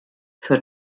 für